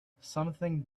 something